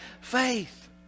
faith